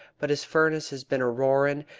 but his furnace has been a-roarin',